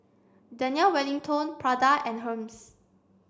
Daniel Wellington Prada and Hermes